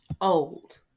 Old